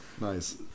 Nice